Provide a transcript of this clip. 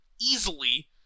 easily